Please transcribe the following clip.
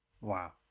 wow